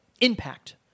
impact